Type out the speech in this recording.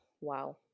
Wow